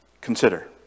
Consider